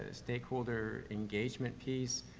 stakeholder engagement piece,